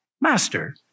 master